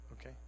Okay